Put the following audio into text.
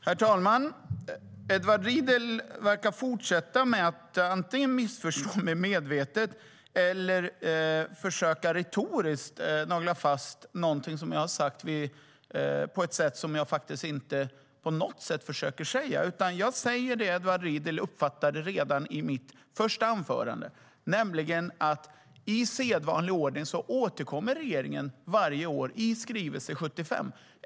Herr talman! Edward Riedl verkar fortsätta med att antingen missförstå mig medvetet eller att retoriskt försöka nagla fast någonting som jag har sagt på ett sätt som jag faktiskt inte på något sätt försöker säga. Jag säger det som Edward Riedl uppfattade redan i mitt första anförande: I sedvanlig ordning återkommer regeringen varje år i skrivelse 75.